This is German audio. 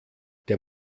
der